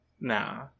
nah